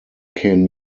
can